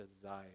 desire